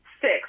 six